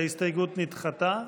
ההסתייגות נדחתה.